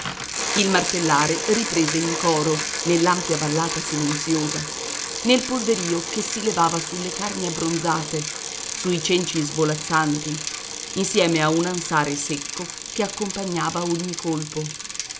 il martellare riprese in coro nell'ampia vallata silenziosa nel polverìo che si levava sulle carni abbronzate sui cenci svolazzanti insieme a un ansare secco che accompagnava ogni colpo